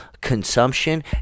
consumption